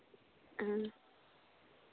ᱦᱮᱸ